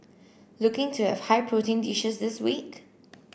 looking to have high protein dishes this week